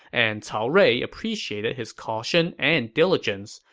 and cao rui appreciated his caution and diligence,